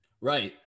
right